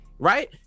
Right